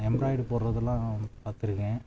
embroidery போடுறதலாம் பார்த்துருக்கேன்